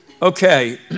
Okay